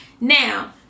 Now